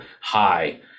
high